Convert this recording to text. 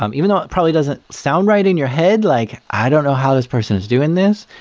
um even though it probably doesn't sound right in your head, like, i don't know how this person is doing this,